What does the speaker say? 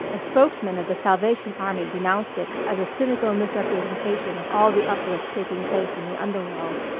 a spokesman of the salvation army denounced it as a cynical misrepresentation of all the uplift taking place in the underworld.